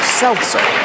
seltzer